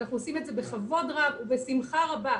אנחנו עושים את זה בכבוד רב ובשמחה רבה.